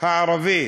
הערבי